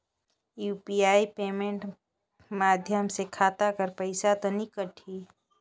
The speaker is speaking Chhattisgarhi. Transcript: यू.पी.आई पेमेंट माध्यम से खाता कर पइसा तो नी कटही?